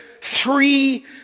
three